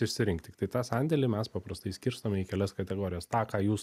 išsirinkt tiktai tą sandėlį mes paprastai skirstome į kelias kategorijas tą ką jūs